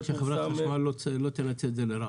מי אחראי שחברת החשמל לא תנצל את זה לרעה?